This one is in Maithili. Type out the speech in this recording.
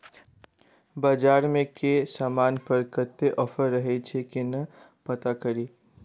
बजार मे केँ समान पर कत्ते ऑफर रहय छै केना पत्ता कड़ी?